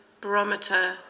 barometer